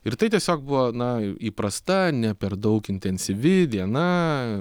ir tai tiesiog buvo na įprasta ne per daug intensyvi viena